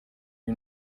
you